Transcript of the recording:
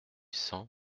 cent